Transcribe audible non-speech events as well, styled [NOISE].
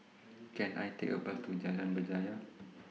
[NOISE] Can I Take A Bus to Jalan Berjaya